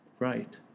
Right